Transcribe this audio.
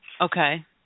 Okay